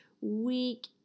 week